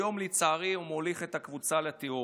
היום, לצערי, הוא מוליך את הקבוצה לתהום,